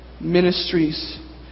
ministries